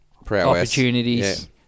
opportunities